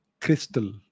crystal